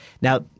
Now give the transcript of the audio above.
Now